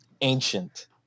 ancient